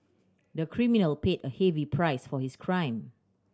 the criminal paid a heavy price for his crime